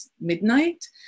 midnight